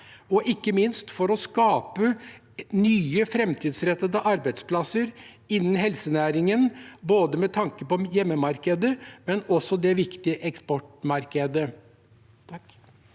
og ikke minst for å skape nye, framtidsrettede arbeidsplasser innen helsenæringen med tanke på hjemmemarkedet, men også med tanke på det viktige eksportmarkedet.